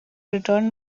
returned